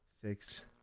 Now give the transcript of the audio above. six